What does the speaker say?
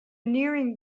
nearing